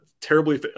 terribly